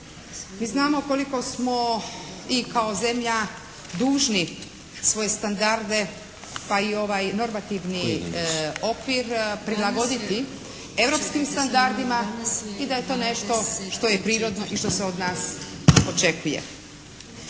Mi znamo koliko smo i kao zemlja dužni svoje standarde pa i ovaj normativni okvir prilagoditi europskim standardima i da je to nešto što je prirodno i što se od nas očekuje.